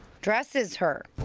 dresses her.